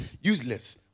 Useless